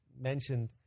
mentioned